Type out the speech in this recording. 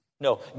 no